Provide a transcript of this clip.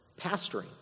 pastoring